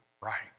right